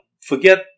forget